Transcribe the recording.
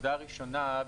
הנקודה הראשונה,